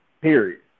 Period